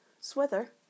Swither